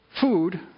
food